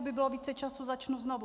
Kdyby bylo více času, začnu znovu.